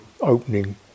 opening